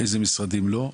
אילו משרדים לא,